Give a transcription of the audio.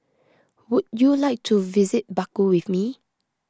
would you like to visit Baku with me